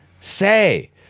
say